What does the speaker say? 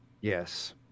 Yes